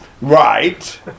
Right